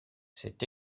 c’est